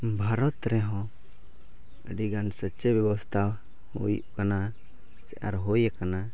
ᱵᱷᱟᱨᱚᱛ ᱨᱮᱦᱚᱸ ᱟᱹᱰᱤ ᱜᱟᱱ ᱥᱤᱪᱪᱷᱟ ᱵᱮᱵᱚᱥᱛᱷᱟ ᱦᱩᱭᱩᱜ ᱠᱟᱱᱟ ᱥᱮ ᱟᱨ ᱦᱩᱭ ᱠᱟᱱᱟ